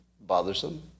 bothersome